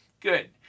Good